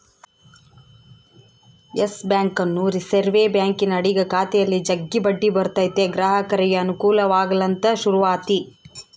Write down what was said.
Yes ಬ್ಯಾಂಕನ್ನು reserve ಬ್ಯಾಂಕಿನ ಅಡಿಗ ಖಾತೆಯಲ್ಲಿ ಜಗ್ಗಿ ಬಡ್ಡಿ ಬರುತತೆ ಗ್ರಾಹಕರಿಗೆ ಅನುಕೂಲವಾಗಲಂತ ಶುರುವಾತಿ